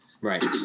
Right